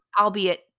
albeit